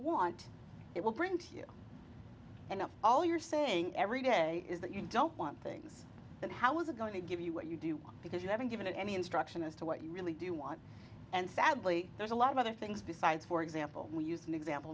want it will bring to you and all you're saying every day is that you don't want things and how was it going to give you what you do because you haven't given any instruction as to what you really do want and sadly there's a lot of other things besides for example we used an example